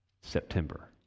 September